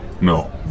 No